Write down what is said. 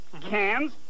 cans